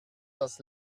das